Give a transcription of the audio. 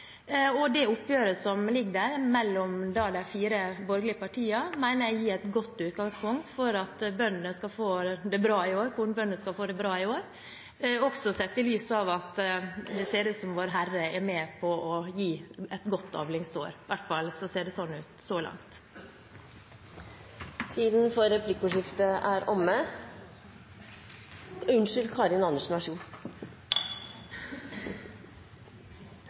ting. Det oppgjøret som foreligger mellom de fire borgerlige partiene, mener jeg gir et godt utgangspunkt for at kornbøndene skal få det bra i år, også sett i lys av at det ser ut som om Vårherre er med på å gi et godt avlingsår. I hvert fall ser det sånn ut så langt. Det er bra at statsråden innser at det er noen andre krefter som har ansvar for været enn en sjøl, og at hun er